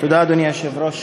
תודה, אדוני היושב-ראש.